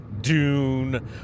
dune